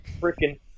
freaking